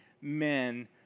men